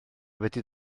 wedi